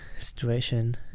situation